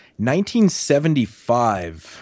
1975